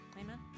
Amen